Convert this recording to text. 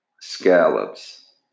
scallops